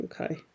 Okay